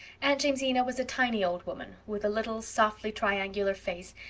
aunt jamesina was a tiny old woman with a little, softly-triangular face,